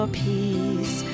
peace